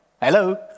Hello